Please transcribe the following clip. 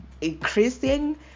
increasing